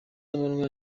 amanywa